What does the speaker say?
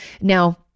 Now